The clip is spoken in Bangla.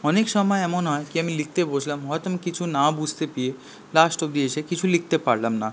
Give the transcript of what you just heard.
অনেক সময় এমন হয় কি আমি লিখতে বসলাম হয়তো আমি কিছু না বুঝতে পেরে লাস্ট অবধি এসে কিছু লিখতে পারলাম না